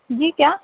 جی کیا